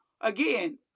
again